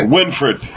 Winfred